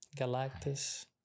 Galactus